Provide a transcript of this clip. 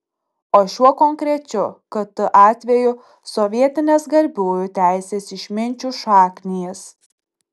o šiuo konkrečiu kt atveju sovietinės garbiųjų teisės išminčių šaknys